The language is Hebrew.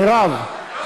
מרב.